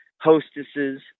hostesses